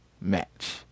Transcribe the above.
match